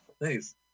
thanks